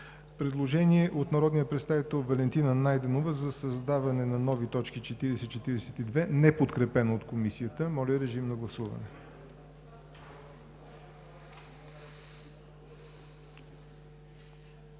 предложението на народния представител Валентина Найденова за създаване на нови точки 40 – 42, неподкрепено от Комисията. Гласували